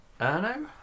Erno